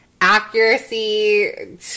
Accuracy